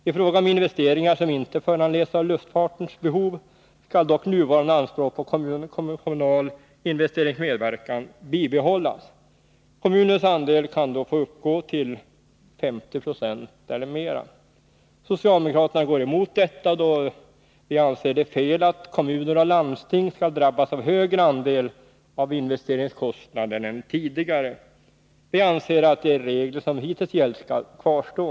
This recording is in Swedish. I fråga om investeringar som inte föranletts av luftfartens behov skall nuvarande anspråk på kommunal investeringsmedverkan bibehållas. Kommunens andel kan då få uppgå till 50 96 eller mera. Vi socialdemokrater går emot detta, då vi anser det vara fel att kommuner och landsting skall drabbas av en högre andel av investeringskostnaderna än tidigare. Vi anser att de regler som hittills gällt skall kvarstå.